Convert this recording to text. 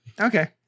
Okay